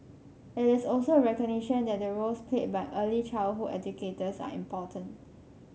it is also a recognition that the roles played by early childhood educators are important